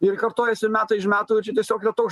ir kartojasi metai iš metų čia tiesiog yra toks